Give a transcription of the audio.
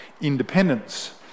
independence